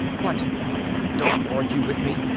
but don't argue with me.